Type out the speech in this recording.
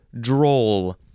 droll